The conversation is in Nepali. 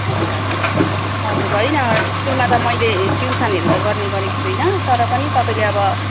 हजुर हजुर हजुर होइन स्कुलमा त मैले ट्युसनहरू त गर्ने गरेको छुइनँ तर पनि तपाईँले अब